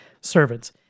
Servants